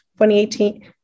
2018